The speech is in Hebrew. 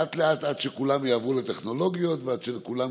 לאט-לאט עד שכולם יעברו לטכנולוגיות ועד שלכולם